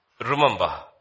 Remember